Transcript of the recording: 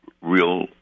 real